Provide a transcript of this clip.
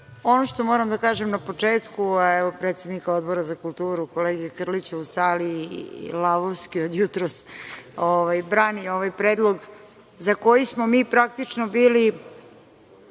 što moram da kažem na početku, evo predsednika Odbora za kulturu, kolege Krlića u sali i lavovski od jutros brani ovaj predlog za koji smo mi praktično bili